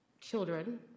children